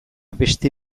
beste